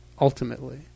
ultimately